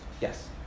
Yes